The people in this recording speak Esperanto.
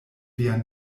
via